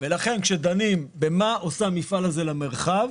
כשדנים במה עושה המפעל הזה למרחב,